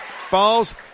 falls